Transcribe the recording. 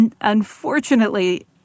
Unfortunately